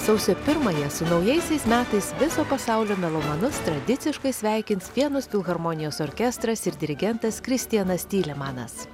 sausio pirmąją su naujaisiais metais viso pasaulio melomanus tradiciškai sveikins vienos filharmonijos orkestras ir dirigentas kristianas tylemanas